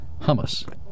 hummus